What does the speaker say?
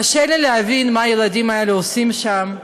קשה לי להבין מה הילדים האלה עושים שם.